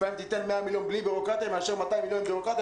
לפעמים תן 100 מיליון בלי בירוקרטיה מאשר 200 מיליון עם בירוקרטיה,